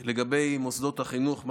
לגבי מוסדות החינוך.